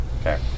Okay